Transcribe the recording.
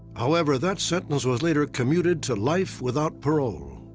however, that sentence was later commuted to life without parole.